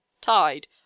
tide